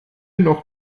noch